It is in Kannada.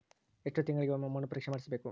ಎಷ್ಟು ತಿಂಗಳಿಗೆ ಒಮ್ಮೆ ಮಣ್ಣು ಪರೇಕ್ಷೆ ಮಾಡಿಸಬೇಕು?